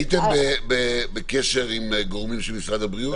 הייתם בקשר עם גורמים של משרד הבריאות?